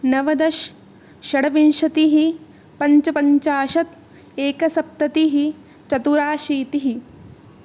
नवदश षड्विंशतिः पञ्चपञ्चाशत् एकसप्ततिः चतुरशीतिः